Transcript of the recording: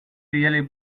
really